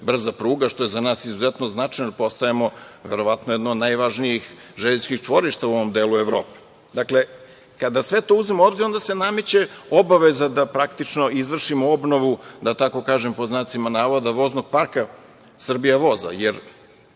brza pruga, što je za nas izuzetno značajno, jer postajemo verovatno jedna od najvažnijih železničkih čvorišta u ovom delu Evrope. Kada sve to uzmemo u obzir, onda se nameće obaveza da izvršimo obnovu, da tako kažem, pod znacima navoda, voznog parka "Srbija voza", jer